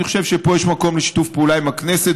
אני חושב שפה יש מקום לשיתוף פעולה עם הכנסת,